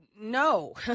no